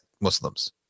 muslims